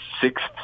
sixth